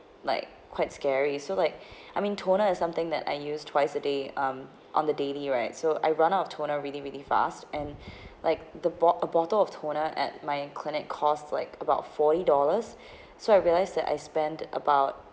like quite scary so like I mean toner is something that I use twice a day um on the daily right so I run out of toner really really fast and like the bo~ a bottle of toner at my clinic costs like about forty dollars so I realise that I spend about